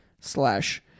slash